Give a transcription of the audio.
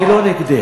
אני לא נגדך.